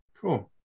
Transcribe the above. Cool